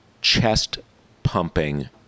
chest-pumping